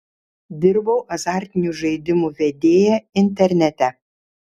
dirbau azartinių žaidimų vedėja internete